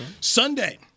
Sunday